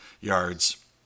yards